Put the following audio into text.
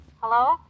Hello